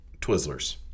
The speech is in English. Twizzlers